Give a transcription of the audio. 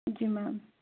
जी ma'am